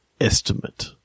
Estimate